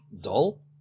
dull